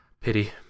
pity